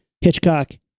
Hitchcock